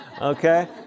Okay